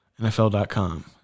NFL.com